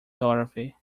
dorothy